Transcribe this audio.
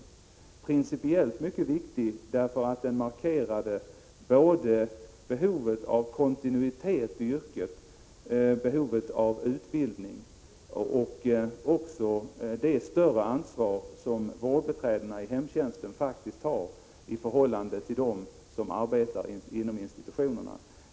Denna förbättring är principiellt mycket viktig, eftersom den markerar både behovet av kontinuitet i yrket, dvs. behovet av utbildning, och det större ansvar som vårdbiträdena i hemtjänsten faktiskt har i förhållande till dem som arbetar inom institutionerna.